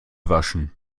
waschen